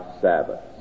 Sabbaths